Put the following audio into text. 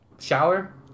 shower